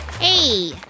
Hey